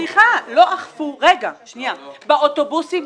סליחה, באוטובוסים.